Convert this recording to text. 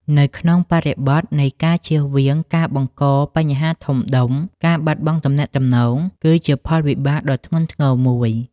នៅក្នុងបរិបទនៃការជៀសវាងការបង្កបញ្ហាធំដុំ ការបាត់បង់ទំនាក់ទំនង គឺជាផលវិបាកដ៏ធ្ងន់ធ្ងរមួយ។